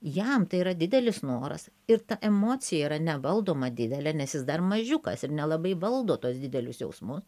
jam tai yra didelis noras ir ta emocija yra nevaldoma didelė nes jis dar mažiukas ir nelabai valdo tuos didelius jausmus